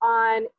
on